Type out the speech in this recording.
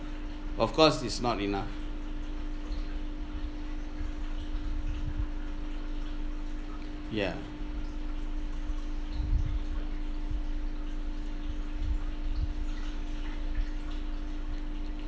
of course it's not enough ya